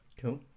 cool